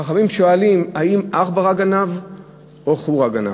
חכמים שואלים: האם עכברא גנב או חורא גנב?